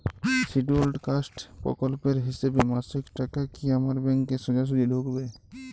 Scheduled caste প্রকল্পের হিসেবে মাসিক টাকা কি আমার ব্যাংকে সোজাসুজি ঢুকবে?